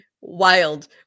wild